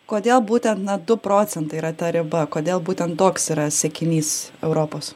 kodėl būtent na du procentai yra ta riba kodėl būtent toks yra siekinys europos